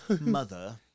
mother